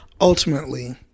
ultimately